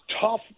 tough